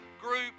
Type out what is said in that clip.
group